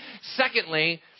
secondly